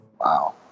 Wow